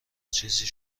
چیزی